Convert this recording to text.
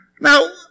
Now